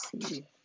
see